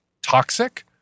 toxic